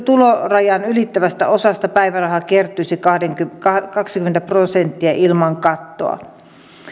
tulorajan ylittävästä osasta päivärahaa kertyisi kaksikymmentä prosenttia ilman kattoa